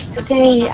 Today